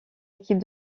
équipe